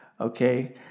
Okay